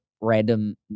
random